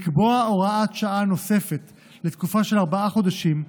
לקבוע הוראת שעה נוספת לתקופה של ארבעה חודשים,